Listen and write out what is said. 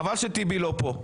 חבל שטיבי לא כאן.